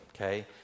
Okay